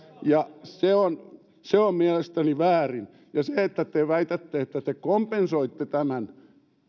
se on se on mielestäni väärin ja se että te väitätte että te kompensoitte tämän